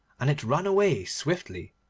and it ran away swiftly.